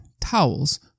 towels